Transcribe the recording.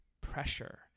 pressure